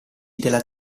della